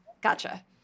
Gotcha